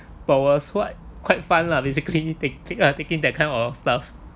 but was what quite fun lah basically take take uh taking that kind of stuff